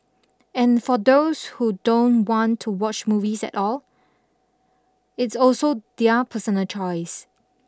and for those who don't want to watch movies at all it's also their personal choice